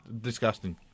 disgusting